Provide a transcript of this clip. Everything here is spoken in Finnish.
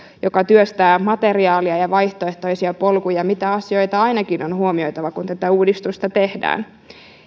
joka työstää materiaalia ja vaihtoehtoisia polkuja mitä asioita ainakin on huomioitava kun tätä uudistusta tehdään